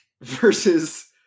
versus